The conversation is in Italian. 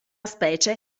specie